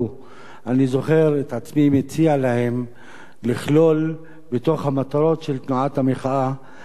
אני זוכר את עצמי מציע להם לכלול במטרות של תנועת המחאה את הנושא